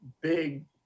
big